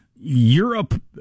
Europe